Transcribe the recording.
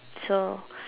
so